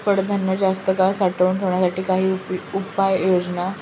कडधान्य जास्त काळ साठवून ठेवण्यासाठी काही उपाय सुचवा?